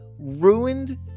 ruined